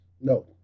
No